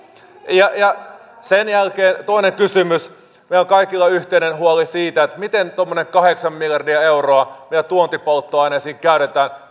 ja ja sen jälkeen toinen kysymys meillä kaikilla on yhteinen huoli siitä miten tuommoinen kahdeksan miljardia euroa mikä meidän tuontipolttoaineisiin käytetään